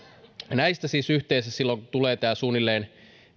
näistä siis yhteensä silloin tulee suunnilleen